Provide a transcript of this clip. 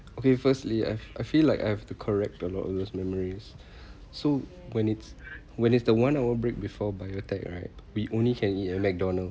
okay firstly I I feel like I have to correct a lot of those memories so when it's when it's the one hour break before biotech right we only can eat at mcdonald